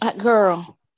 Girl